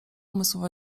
umysłowa